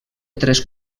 tres